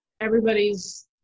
everybody's